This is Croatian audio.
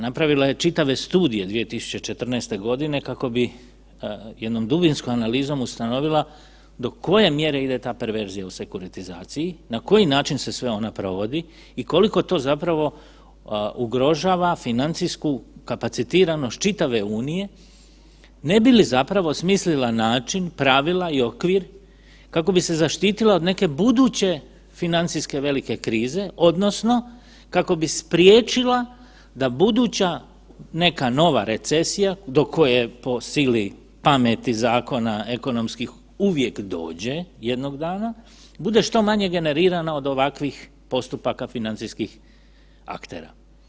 Napravila je čitave studije 2014. g. kako bi jednom dubinskom analizom ustanovila do koje mjere ide ta mjera u sekuritizaciji, na koji način se sve ona provodi i koliko to zapravo ugrožava financijsku kapacitiranost čitave Unije, ne bi li zapravo smislila način, pravila i okvir, kako bi se zaštitila od neke buduće financijske velike krize, odnosno kako bi spriječila da buduća neka nova recesija, do koje, po sili pameti, zakona, ekonomskih uvijek dođe jednog dana, bude što manje generirana od ovakvih postupaka financijskih aktera.